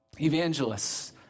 Evangelists